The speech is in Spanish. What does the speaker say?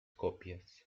copias